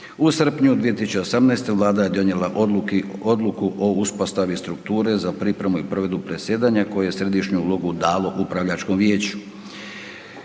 U srpnju 2018. Vlada je donijela odluku o uspostavi strukture za pripremu i provedbu predsjedanja koje je središnju ulogu dalo upravljačkom vijeću.